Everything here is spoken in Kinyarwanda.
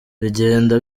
bigenda